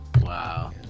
Wow